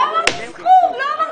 לא אמרתי כלום.